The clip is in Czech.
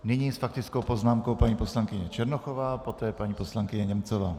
Nyní s faktickou poznámkou paní poslankyně Černochová, poté paní poslankyně Němcová.